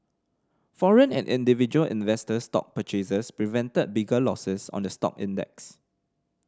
foreign and individual investor stock purchases prevented bigger losses on the stock index